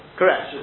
correct